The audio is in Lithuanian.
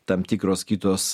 tam tikros kitos